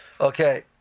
Okay